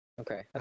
okay